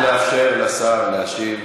נא לאפשר לשר להשיב.